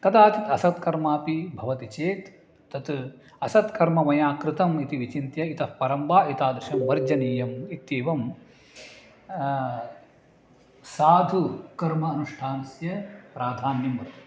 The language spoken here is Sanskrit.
कदाचित् असत्कर्मपि भवति चेत् तत् असत्कर्म मया कृतम् इति विचिन्त्य इतः परं वा एतादृशं वर्जनीयम् इत्येवं साधुः कर्म अनुष्ठानस्य प्राधान्यं वर्तते